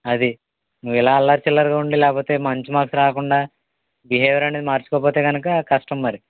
అది నువ్వు ఇలా అల్లరిచిల్లరిగా ఉండి లేకపోతే మంచి మార్క్స్ రాకుండా బిహేవియర్ అనేది మార్చుకోకపోతే కనుక కష్టం మరి